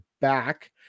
back